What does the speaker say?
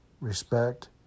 respect